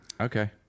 okay